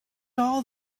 are